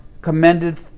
commended